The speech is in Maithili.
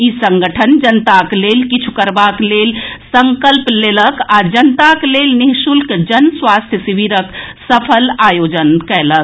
ई संगठन जनताक लेल किछु करबाक लेल संकल्प लेलक आ जनताक लेल निःशुल्क जन स्वास्थ्य शिविरक सफल आयोजन कयलक